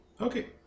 Okay